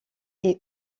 est